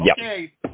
Okay